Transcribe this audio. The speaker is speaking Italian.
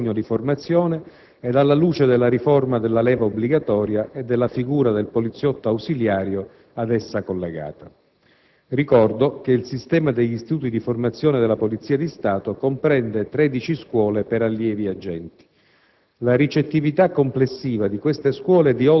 sulla base di una rivalutazione complessiva del fabbisogno di formazione ed alla luce della riforma della leva obbligatoria e della figura del «poliziotto ausiliario» ad esso collegata. Ricordo che il sistema degli istituti di formazione della Polizia di Stato comprende tredici scuole per allievi agenti.